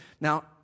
Now